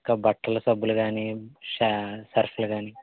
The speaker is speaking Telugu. ఇంకా బట్టలు సబ్బులు కాని షా సర్ఫ్లు కాని